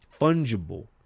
fungible